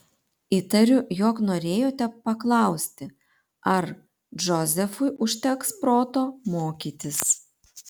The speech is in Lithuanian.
įtariu jog norėjote paklausti ar džozefui užteks proto mokytis